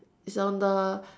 it's on the